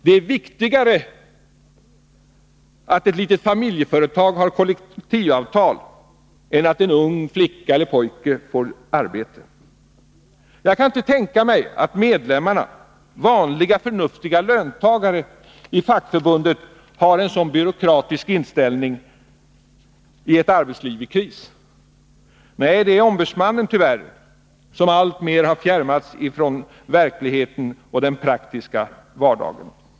Det är viktigare att ett litet familjeföretag har kollektivavtal än att en ung flicka eller pojke får arbete. Jag kan inte tänka mig att medlemmarna i fackförbundet, vanliga förnuftiga löntagare, i ett arbetsliv i kris har samma byråkratiska inställning. Nej, det är tyvärr ombudsmannen som alltmer har fjärmat sig från verkligheten och den praktiska vardagen.